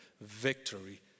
victory